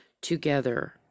together